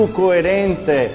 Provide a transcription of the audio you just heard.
coerente